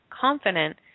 confident